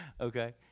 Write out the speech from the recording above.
okay